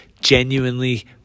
genuinely